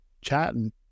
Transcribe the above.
chatting